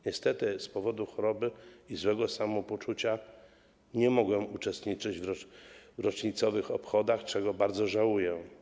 Niestety z powodu choroby i złego samopoczucia nie mogłem uczestniczyć w rocznicowych obchodach, czego bardzo żałuję.